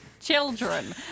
children